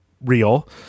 real